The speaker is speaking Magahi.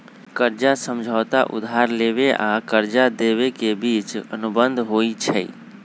कर्जा समझौता उधार लेबेय आऽ कर्जा देबे के बीच के अनुबंध होइ छइ